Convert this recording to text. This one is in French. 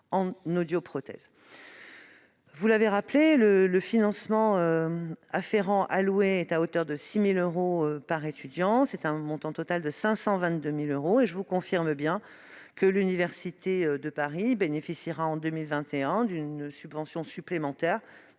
en audioprothèse. Le financement afférent alloué s'élève à 6 000 euros par étudiant, soit un montant total de 522 000 euros. Je vous confirme que l'université de Paris bénéficiera en 2021 d'une subvention supplémentaire